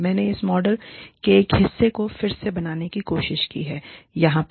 मैंने इस मॉडल के एक हिस्से को फिर से बनाने की कोशिश की है यहाँ पर